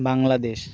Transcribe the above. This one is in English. Bangladesh